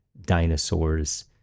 dinosaurs